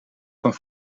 van